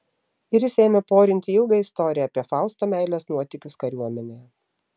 ir jis ėmė porinti ilgą istoriją apie fausto meilės nuotykius kariuomenėje